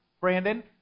Brandon